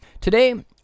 Today